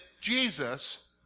Jesus